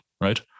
right